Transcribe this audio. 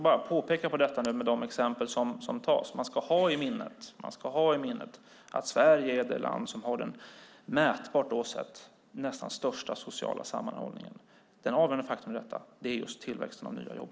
Jag vill om de exempel som tas fram påpeka att man ska ha i minnet att Sverige är det land som har den mätbart nästan största sociala sammanhållningen. Den avgörande faktorn i detta är just tillväxten och nya jobb.